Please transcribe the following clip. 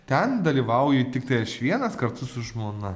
ten dalyvauju tiktai aš vienas kartu su žmona